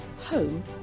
home